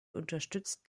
unterstützt